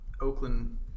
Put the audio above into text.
Oakland